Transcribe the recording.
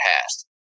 past